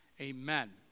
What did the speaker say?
Amen